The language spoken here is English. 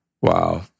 Wow